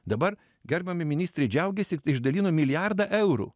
dabar gerbiama ministrė džiaugėsi išdalino milijardą eurų